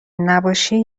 نباشی